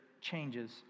changes